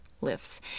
lifts